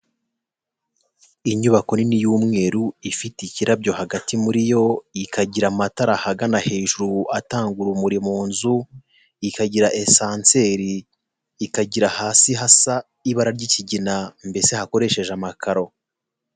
Inyubako nini y'umweru, ifite ikirabyo hagati muri yo, ikagira amatara ahagana hejuru atanga urumuri mu nzu, ikagira esanseri, ikagira hasi hasa ibara ry'ikigina mbese hakoresheje amakaro.